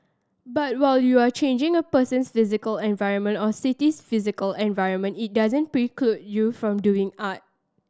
but while you are changing a person's physical environment or city's physical environment it doesn't preclude you from doing art